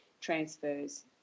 transfers